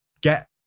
get